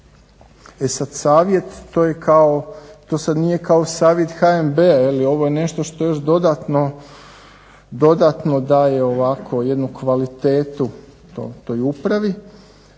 E sada savjet to sada nije kao savjet HNA-a jeli ovo je još nešto što je dodatno daje ovako jednu kvalitetu toj upravi.